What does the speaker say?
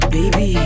Baby